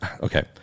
okay